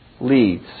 leads